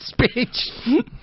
Speech